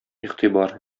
игътибар